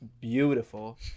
beautiful